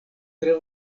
tre